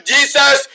Jesus